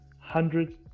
hundreds